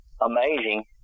amazing